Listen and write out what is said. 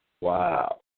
Wow